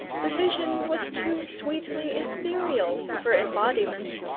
the vision was too sweetly ethereal for embodiment.